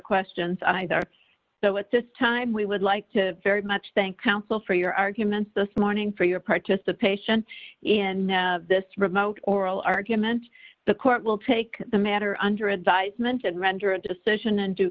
questions either so at this time we would like to very much thank counsel for your arguments this morning for your participation in this remote oral argument the court will take the matter under advisement and render a decision a